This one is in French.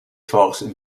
forces